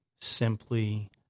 simply